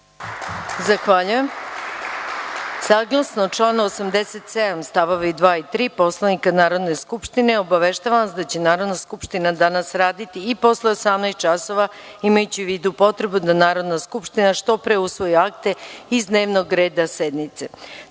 Gojković** Saglasno članu 87. st. 2. i 3. Poslovnika Narodne skupštine obaveštavam vas da će Narodna skupština danas raditi i posle 18,00 časova, imajući u vidu potrebu da Narodna skupština što pre usvoji akte iz dnevnog reda sednice. Sada,